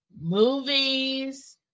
movies